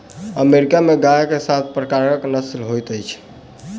America में गाय के सात प्रकारक नस्ल होइत अछि